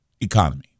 economy